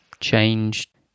changed